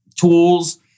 tools